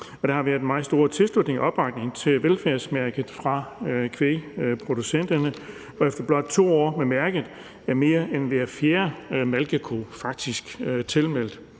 Der har været en meget stor tilslutning og opbakning til velfærdsmærket fra kvægproducenterne, og efter blot 2 år med mærket er mere end hver fjerde malkeko faktisk tilmeldt.